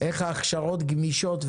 איך ההכשרות גמישות,